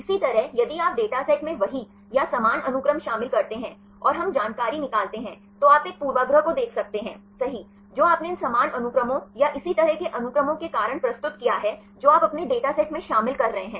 इसी तरह यदि आप अपने डेटासेट में वही या समान अनुक्रम शामिल करते हैं और हम जानकारी निकालते हैं तो आप एक पूर्वाग्रह को देख सकते हैं सही जो आपने इन समान अनुक्रमों या इसी तरह के अनुक्रमों के कारण प्रस्तुत किया है जो आप अपने डेटा सेट में शामिल कर रहे हैं